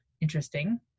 interesting